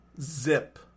Zip